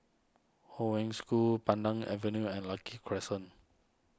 Hong Wen School Pandan Avenue and Lucky Crescent